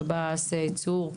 ליחידת צור,